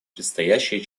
предстоящие